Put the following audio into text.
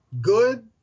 good